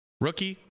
rookie